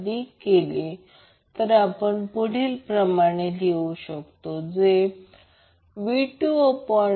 तर ω2 ω1 ही बँडविड्थ आहे आणि ω आणि ω0 ज्याला आपण √ ω 1 ω2 म्हणतो ते खूप भौमितिक अर्थ आहे